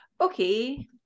okay